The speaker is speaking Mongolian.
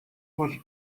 бол